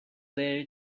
there